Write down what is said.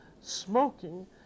smoking